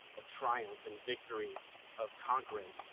of triumph and victory of conquering?